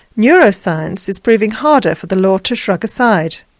neuroscience is proving harder for the law to shrug aside.